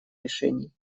решений